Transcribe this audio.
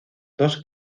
dos